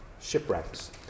shipwrecks